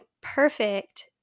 perfect